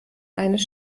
eines